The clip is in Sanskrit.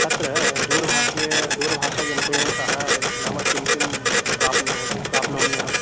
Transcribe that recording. तत्र दूरभाषीयं दूरभाषायन्त्रेण सह नाम किं किं प्राप्नोति प्राप्नोमि अहं